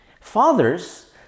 Fathers